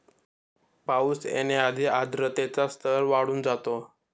पाऊस येण्याआधी आर्द्रतेचा स्तर वाढून जातो